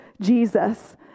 Jesus